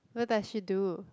what does she do